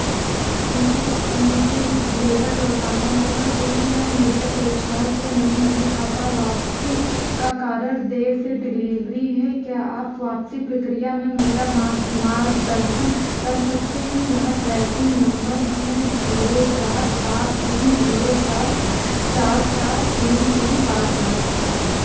मुझे मुझे एक ब्लेज़र लौटाना होगा क्योंकि यह मेरी अपेक्षाओं से मेल नहीं खाता वापसी का कारण देर से डिलीवरी है क्या आप वापसी प्रक्रिया में मेरा मार्गदर्शन कर सकते हैं यह ट्रैकिंग नंबर है जीरो चार सात तीन जीरो सात चार सात तीन तीन पाँच आठ